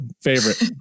favorite